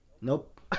nope